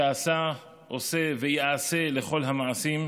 שעשה, עושה ויעשה לכל המעשים,